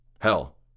Hell